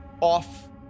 off